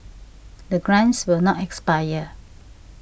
the grants will not expire